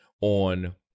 on